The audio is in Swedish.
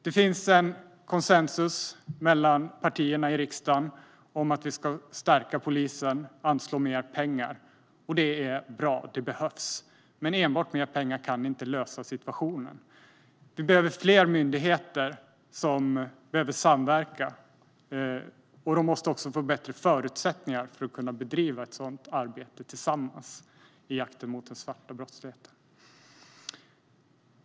Det finns en konsensus mellan partierna i riksdagen om att stärka polisen och att anslå mer pengar till den. Det är bra - det behövs - men enbart mer pengar kan inte lösa situationen. Fler myndigheter behöver samverka, och de måste också få bättre förutsättningar för att tillsammans kunna bedriva sitt arbete i jakten på den svarta brottsligheten.